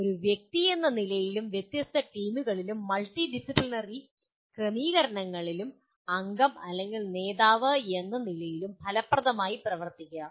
ഒരു വ്യക്തിയെന്ന നിലയിലും വ്യത്യസ്ത ടീമുകളിലും മൾട്ടി ഡിസിപ്ലിനറി ക്രമീകരണങ്ങളിലും അംഗം അല്ലെങ്കിൽ നേതാവ് എന്ന നിലയിലും ഫലപ്രദമായി പ്രവർത്തിക്കുക